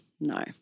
No